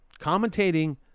commentating